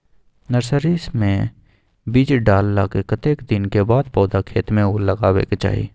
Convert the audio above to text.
Nursery मे बीज डाललाक कतेक दिन के बाद पौधा खेत मे लगाबैक चाही?